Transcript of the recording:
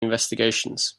investigations